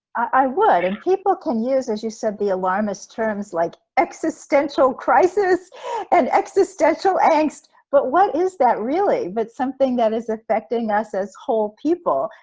i would and people can use, as you said, the alarmist terms like existential crisis and existential angst, but what is that really? but something that is affecting us as whole people,